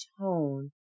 tone